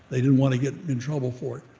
they didn't want to get in trouble for it.